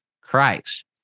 Christ